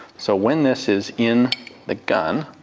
so when this is in the gun,